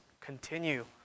continue